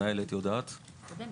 מדיניות האכיפה הקודמת.